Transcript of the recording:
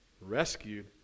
rescued